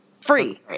Free